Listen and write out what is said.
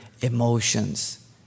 emotions